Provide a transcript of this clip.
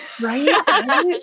Right